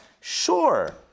Sure